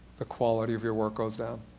the quality of your work goes down.